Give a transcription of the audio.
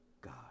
God